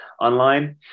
online